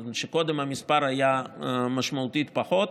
זאת אומרת שקודם המספר היה משמעותית פחות.